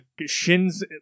Shin's